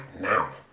now